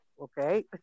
okay